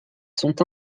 sont